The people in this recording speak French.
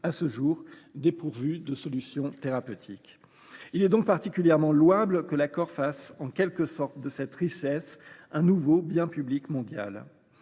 à ce jour dépourvues de solution thérapeutique. Il est donc particulièrement louable que l’accord fasse de cette richesse une sorte de nouveau bien public mondial.